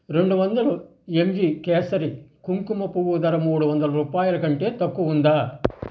రెండు వందలు ఎంజి కేసరి కుంకుమ పువ్వు ధర మూడు వందల రూపాయలకంటే తక్కువ ఉందా